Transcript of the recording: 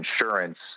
insurance